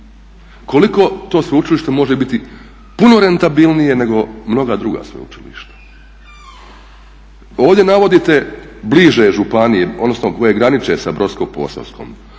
Koliko to sveučilište može biti puno rentabilnije nego mnoga druga sveučilišta. Ovdje navodite bliže županije, odnosno koje graniče sa Brodsko-posavskom.